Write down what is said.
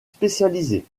spécialisés